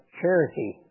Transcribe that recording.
charity